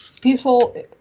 peaceful –